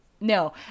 No